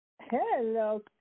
Hello